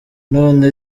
none